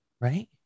Right